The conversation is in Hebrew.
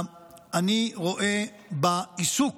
אני רואה בעיסוק